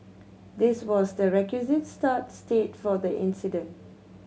this was the requisite start state for the incident